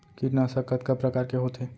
कीटनाशक कतका प्रकार के होथे?